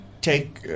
take